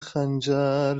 خنجر